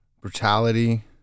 brutality